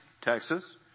Texas